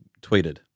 tweeted